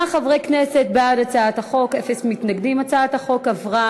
ההצעה להעביר את הצעת חוק דמי ביטוח